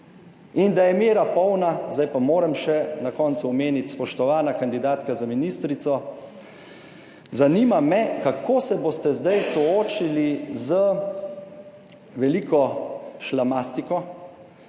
In da je mera polna. Zdaj pa moram še na koncu omeniti, spoštovana kandidatka za ministrico, zanima me, kako se boste zdaj soočili z veliko šlamastiko,